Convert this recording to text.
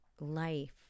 life